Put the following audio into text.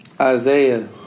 Isaiah